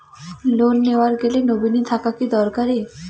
Loan নেওয়ার গেলে nominee থাকা কি দরকারী?